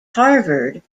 harvard